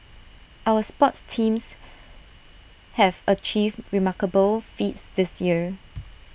our sports teams have achieved remarkable feats this year